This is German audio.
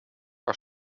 war